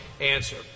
answer